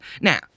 Now